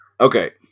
okay